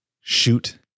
shoot